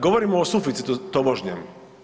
Govorimo o suficitu tobožnjem.